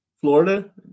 Florida